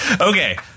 Okay